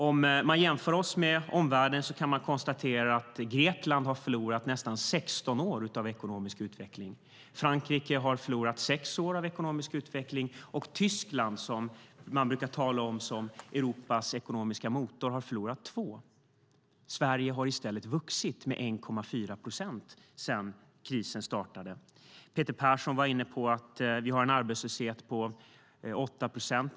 Om man jämför oss med omvärlden kan man konstatera att Grekland har förlorat nästan 16 år av ekonomisk utveckling. Frankrike har förlorat sex år av ekonomisk utveckling, och Tyskland, som man brukar tala om som Europas ekonomiska motor, har förlorat två år av ekonomisk utveckling. Sverige har i stället vuxit med 1,4 procent sedan krisen startade. Peter Persson var inne på att vi har en arbetslöshet på 8 procent.